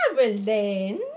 Caroline